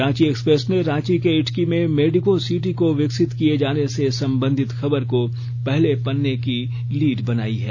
Ranchi Express ने रांची के इटकी में मेडिको सिटी को विकसित किए जाने से संबंधित खबर को पहले पन्ने की लीड बनाई है